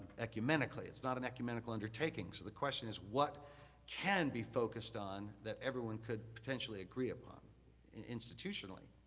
ecumenically. it's not an ecumenical undertaking. so the question is what can be focused on that everyone could potentially agree upon institutionally?